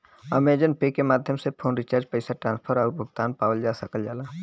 Amazon Pay के माध्यम से फ़ोन रिचार्ज पैसा ट्रांसफर आउर भुगतान पावल जा सकल जाला